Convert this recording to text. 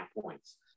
points